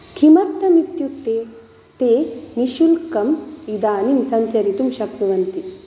किमर्थम् इत्युक्ते ते निःशुल्कम् इदानीं संचरितुं शक्नुवन्ति